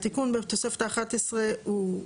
התיקון בתוספת האחת עשרה הוא,